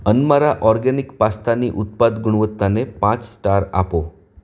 અનમારા organic પાસ્તાની ઉત્પાદ ગુણવત્તાને પાંચ સ્ટાર આપો